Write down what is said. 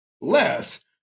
less